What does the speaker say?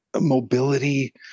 mobility